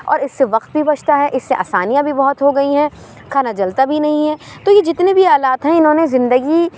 اور اس سے وقت بھی بچتا ہے اس سے آسانیاں بھی بہت ہو گئی ہیں کھانا جلتا بھی نہیں ہے تو یہ جتنے بھی آلات ہیں انہوں نے زندگی